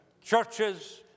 churches